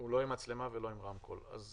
בעצמנו עכשיו הוצאנו קרן שהאיגוד